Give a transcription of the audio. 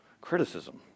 criticism